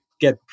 get